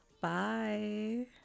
bye